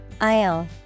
Aisle